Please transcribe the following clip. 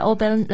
Open